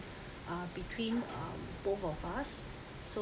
uh between um both of us so